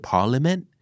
Parliament